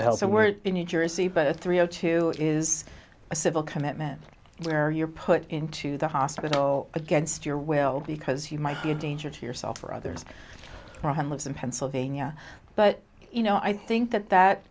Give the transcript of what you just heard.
to hell so we're in new jersey but a three zero two is a civil commitment where you're put into the hospital against your will because you might be a danger to yourself or others are homeless in pennsylvania but you know i think that that